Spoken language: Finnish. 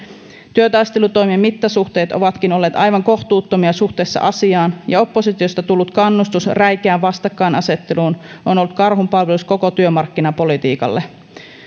työtaistelutoimien mittasuhteet ovatkin olleet aivan kohtuuttomia suhteessa asiaan ja oppositiosta tullut kannustus räikeään vastakkainasetteluun on ollut karhunpalvelus koko työmarkkinapolitiikalle